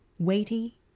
weighty